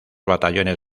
batallones